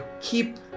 keep